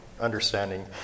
understanding